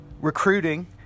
recruiting